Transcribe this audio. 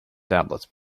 tablets